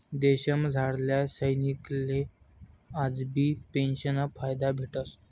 देशमझारल्या सैनिकसले आजबी पेंशनना फायदा भेटस